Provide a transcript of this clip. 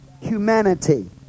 humanity